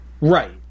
Right